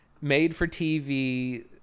made-for-TV